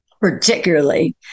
particularly